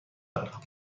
دارم